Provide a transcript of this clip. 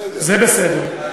זה בסדר.